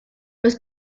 los